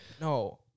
No